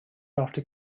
after